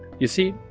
you see,